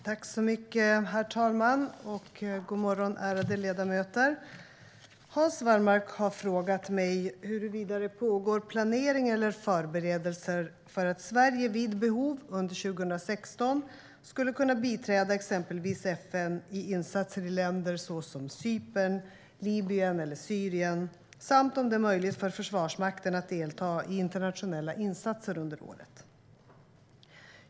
Svar på interpellationer Herr talman! God morgon, ärade ledamöter! Hans Wallmark har frågat mig huruvida det pågår planering eller förberedelser för att Sverige vid behov under 2016 skulle kunna biträda exempelvis FN i insatser i länder såsom Cypern, Libyen eller Syrien samt om det är möjligt för Försvarsmakten att delta i internationella insatser under året.